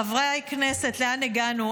חברי הכנסת, לאן הגענו?